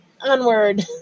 Onward